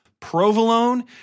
Provolone